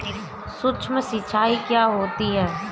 सुक्ष्म सिंचाई क्या होती है?